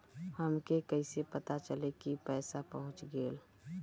हमके कईसे पता चली कि पैसा पहुच गेल?